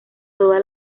toda